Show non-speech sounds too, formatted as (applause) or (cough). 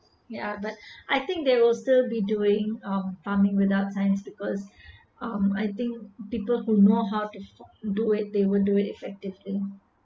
ya but (breath) I think there will still be doing um farming without science because um I think people who know how to do it they would do it effectively